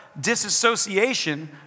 disassociation